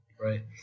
Right